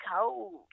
cold